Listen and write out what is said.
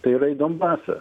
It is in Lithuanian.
tai yra į donbasą